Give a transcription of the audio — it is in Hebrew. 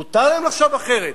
מותר להם לחשוב אחרת,